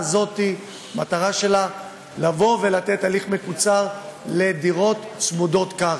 מטרת ההצעה הזאת היא לתת הליך מקוצר לדירות צמודות קרקע.